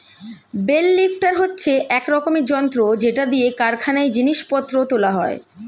bell lifter হচ্ছে এক রকমের যন্ত্র যেটা দিয়ে কারখানায় জিনিস পত্র তোলা হয়